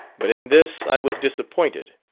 but in this i was disappointed.